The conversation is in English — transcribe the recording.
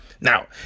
Now